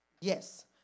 Yes